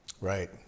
Right